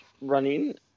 running